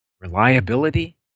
reliability